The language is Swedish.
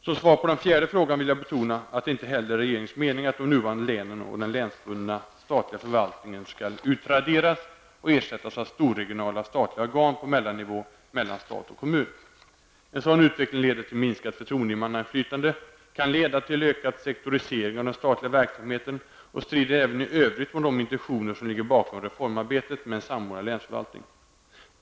Som svar på den fjärde frågan vill jag betona att det inte heller är regeringens mening att de nuvarande länen och den länsbundna statliga förvaltningen skall utraderas och ersättas av storregionala statliga organ på mellannivå mellan stat och kommun. En sådan utveckling leder till minskat förtroendemannainflytande, kan leda till ökad sektorisering av den statliga verksamheten och strider även i övrigt mot de intentioner som ligger bakom reformarbetet med en samordnad länsförvaltning.